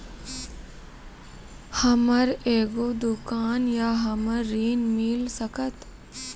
हमर एगो दुकान या हमरा ऋण मिल सकत?